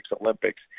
Olympics